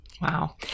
Wow